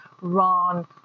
Ron